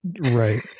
Right